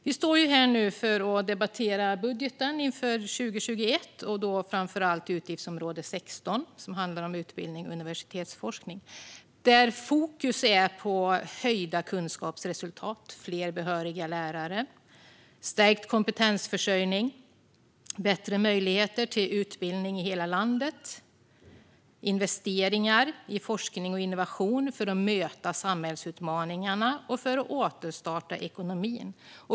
Vi står här för att debattera budgeten inför 2021, framför allt utgiftsområde 16, som handlar om utbildning och universitetsforskning. Fokus är på höjda kunskapsresultat, fler behöriga lärare, stärkt kompetensförsörjning, bättre möjligheter till utbildning i hela landet och investeringar i forskning och innovation för att möta samhällsutmaningarna och för att återstarta ekonomin.